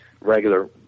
regular